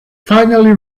finally